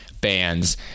bands